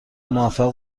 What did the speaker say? موفق